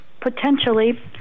potentially